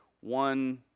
one